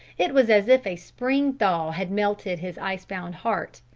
it was as if a spring thaw had melted his ice-bound heart,